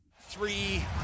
Three